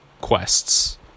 quests